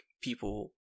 people